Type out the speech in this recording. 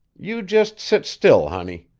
you jist sit still, honey.